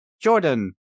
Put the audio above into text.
Jordan